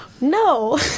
No